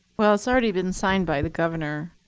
well, it's already been signed by the governor.